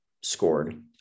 scored